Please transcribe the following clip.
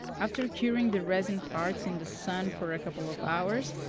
after curing the resin parts in the sun for a couple of hours,